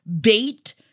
bait